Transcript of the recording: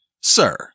Sir